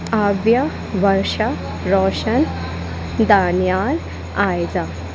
आव्या वर्षा रौशन दानियाल आयज़ा